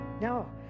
No